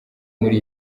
muri